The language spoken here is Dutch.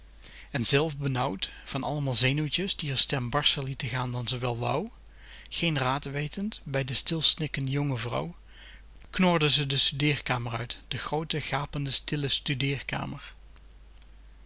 en zelf benauwd van allemaal zenuwtjes die r stem barscher lieten gaan dan ze wel wu geen raad wetend bij de stilsnikkende jonge vrouw knorde ze de studeerkamer uit de groote gapende stille